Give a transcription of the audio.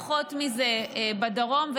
פחות מזה בדרום.